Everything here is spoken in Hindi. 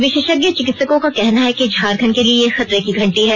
विशेषज्ञ चिकित्सकों का कहना है कि झारखण्ड के लिए ये खतरे की घंटी है